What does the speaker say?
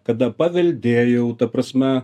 kada paveldėjau ta prasme